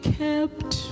kept